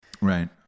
Right